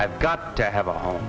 i've got to have a home